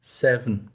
seven